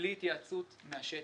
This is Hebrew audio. בלי התייעצות עם השטח,